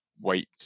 wait